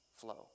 flow